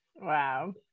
Wow